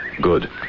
Good